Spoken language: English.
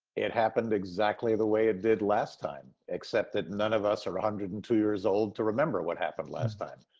it happened exactly the way it did last time, except that none of us are one hundred and two years old to remember what happened last time.